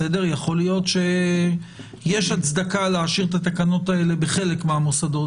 יכול להיות שיש הצדקה להשאיר את התקנות האלה בחלק מהמוסדות,